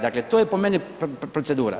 Dakle to je po meni procedura.